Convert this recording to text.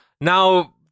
now